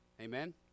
Amen